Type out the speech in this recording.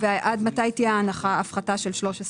ועד מתי תהיה ההנחה, ההפחתה של 13 אגורות?